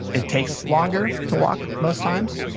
it takes longer to walk most times,